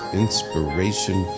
inspiration